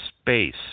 space